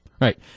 Right